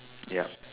yep